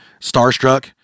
Starstruck